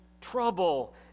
trouble